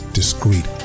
discreet